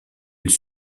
ils